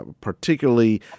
particularly